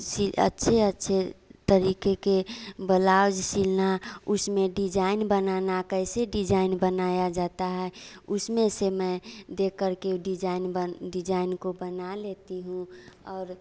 सी अच्छे अच्छे तरीके के ब्लाउज़ सिलना उसमें डिज़ाइन बनाना कैसे डिज़ाइन बनाया जाता है उसमें से मैं देख करके डिज़ाइन बन डिज़ाइन को बना लेती हूँ और